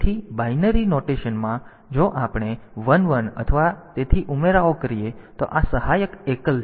તેથી બાઈનરી સંકેત માં જો આપણે 1 1 અથવા તેથી ઉમેરાઓ કરીએ તો આ સહાયક એકલ છે